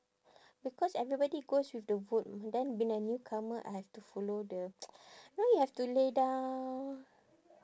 because everybody goes with the vote then being a newcomer I have to follow the you know you have to lay down